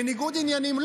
בניגוד עניינים.